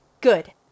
good